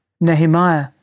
Nehemiah